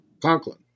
Conklin